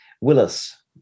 Willis